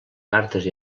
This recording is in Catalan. cartes